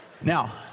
Now